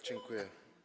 Dziękuję.